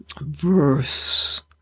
verse